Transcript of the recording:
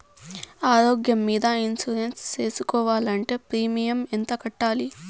ఆరోగ్యం మీద ఇన్సూరెన్సు సేసుకోవాలంటే ప్రీమియం ఎంత కట్టాలి?